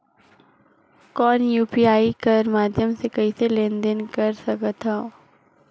कौन यू.पी.आई कर माध्यम से कइसे लेन देन कर सकथव?